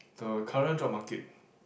the current job market